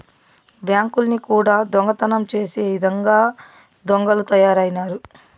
బ్యాంకుల్ని కూడా దొంగతనం చేసే ఇదంగా దొంగలు తయారైనారు